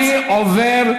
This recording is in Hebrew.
אני עובר,